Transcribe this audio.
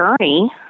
journey